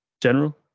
General